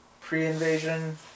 pre-invasion